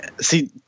See